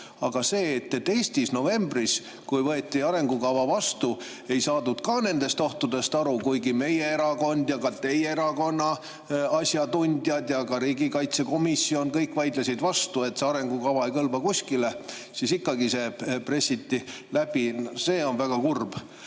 Aga see, et Eestis novembris, kui võeti arengukava vastu, ei saadud ka nendest ohtudest aru, kuigi meie erakond, ka teie erakonna asjatundjad ja ka riigikaitsekomisjon kõik vaidlesid vastu, et see arengukava ei kõlba kuskile, kuid see ikkagi pressiti läbi, on väga kurb. Aga